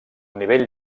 nivell